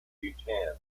bhutan